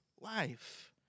life